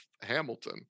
hamilton